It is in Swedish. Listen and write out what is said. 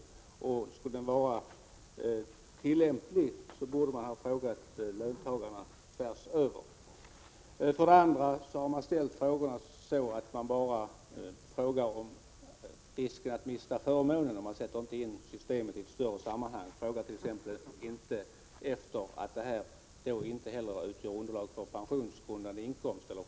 Om undersökningen skulle vara tillämplig skulle man ha frågat löntagare över hela fältet. För det andra har frågorna formulerats så att de bara tar upp risken att mista förmånen. Man sätter inte in systemet i ett större sammanhang. Man tar t.ex. inte upp att dessa förmåner inte utgör underlag för pension eller sjukpenning.